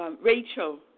Rachel